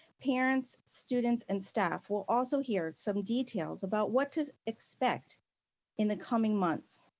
parents, students and staff will also hear some details about what to expect in the coming months,